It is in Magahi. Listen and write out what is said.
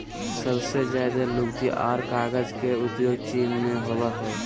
सबसे ज्यादे लुगदी आर कागज के उद्योग चीन मे होवो हय